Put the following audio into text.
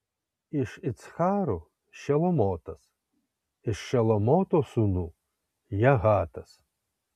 iš iccharų šelomotas iš šelomoto sūnų jahatas